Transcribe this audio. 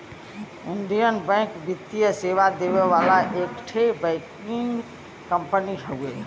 Indian bank वित्तीय सेवा देवे वाला एक ठे बैंकिंग कंपनी हउवे